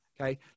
Okay